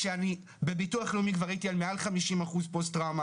כשאני בביטוח לאומי כבר הייתי מעל 50 אחוז פוסט טראומה,